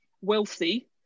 wealthy